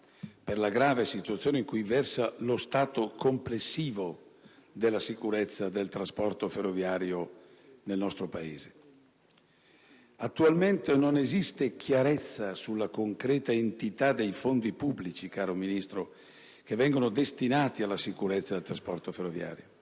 per la grave situazione in cui versa lo stato complessivo della sicurezza del trasporto ferroviario nel nostro Paese. Attualmente non esiste chiarezza sulla concreta entità dei fondi pubblici, caro Ministro, che vengono destinati ala sicurezza del trasporto ferroviario.